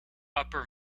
upper